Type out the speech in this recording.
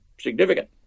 significant